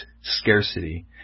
scarcity